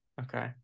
Okay